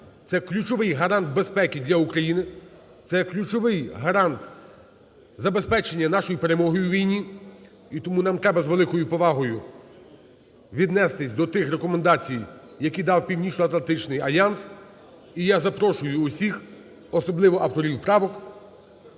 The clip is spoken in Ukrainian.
це ключовий гарант безпеки для України, це є ключовий гарант забезпечення нашої перемоги у війні. І тому нам треба з великою повагою віднестись до тих рекомендацій, які дав Північноатлантичний альянс. І я запрошую всіх, особливо авторів правок,